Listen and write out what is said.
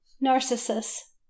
Narcissus